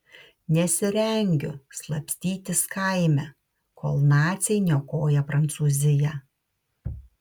nesirengiu slapstytis kaime kol naciai niokoja prancūziją